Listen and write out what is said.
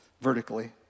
Vertically